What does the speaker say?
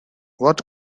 what